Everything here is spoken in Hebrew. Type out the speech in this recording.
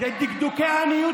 אלו דקדוקי עניות,